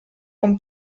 con